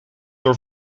door